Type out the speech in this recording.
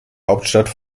hauptstadt